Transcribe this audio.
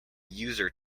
user